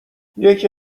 یکی